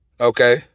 okay